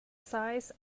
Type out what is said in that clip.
size